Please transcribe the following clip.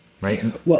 Right